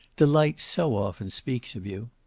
delight so often speaks of you.